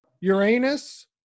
Uranus